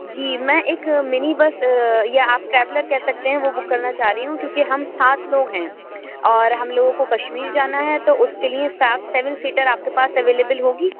جی میں ایک mini bus یا آپ ٹریولر کہہ سکتے ہیں وہ بک کرنا چاہ رہی ہوں کیونکہ ہم سات لوگ ہیں اور ہم لوگوں کو کشمیر جانا ہے تو اُس کے لیے سات سیون سیٹر آپ کے پاس اویلیبل ہوگی